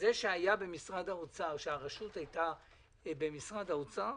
זה שהרשות הייתה במשרד האוצר,